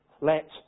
Let